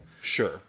Sure